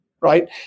right